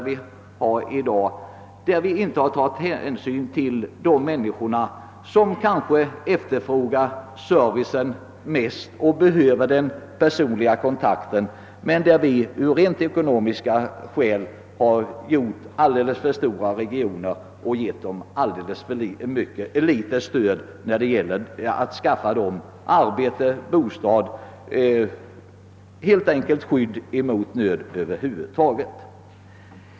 Vi tar i dag inte tillräcklig hänsyn till de människor som kanske efterfrågar samhällets service allra mest och behöver den personliga kontakten bäst. De människorna ger vi ofta av ekonomiska skäl för litet stöd genom att regionerna göres så stora. Vi hjälper dem inte tillräckligt att skaffa arbete och bostad och att skydda dem mot nöd över huvud taget.